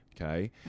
okay